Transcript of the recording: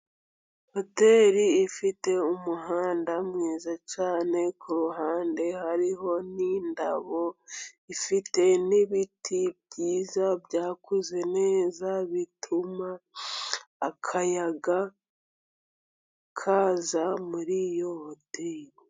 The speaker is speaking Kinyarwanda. Hoteri ifite umuhanda mwiza cyane. Ku ruhande hariho n'indabo. Ifite n'ibiti byiza byakuze neza, bituma akayaga kaza muri iyo hoteli.